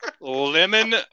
Lemon